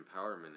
empowerment